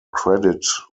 credit